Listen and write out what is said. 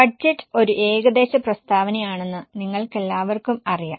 budget ഒരു ഏകദേശ പ്രസ്താവനയാണെന്ന് നിങ്ങൾക്കെല്ലാവർക്കും അറിയാം